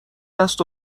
دست